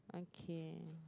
okay